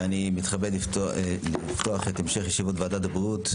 אני מתכבד לפתוח את המשך ישיבת ועדת הבריאות.